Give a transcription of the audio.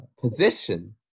position